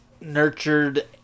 nurtured